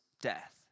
death